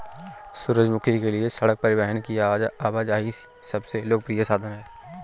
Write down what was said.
सूरजमुखी के लिए सड़क परिवहन की आवाजाही सबसे लोकप्रिय साधन है